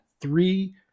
three